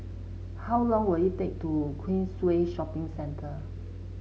how long will it take to Queensway Shopping Centre